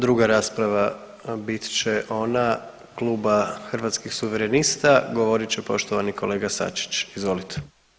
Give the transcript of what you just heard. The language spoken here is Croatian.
Druga rasprava bit će ona Kluba Hrvatskih suverenista, govorit će poštovani kolega Sačić, izvolite.